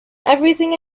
everything